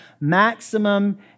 maximum